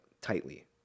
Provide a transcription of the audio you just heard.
tightly